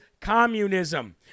communism